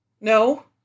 no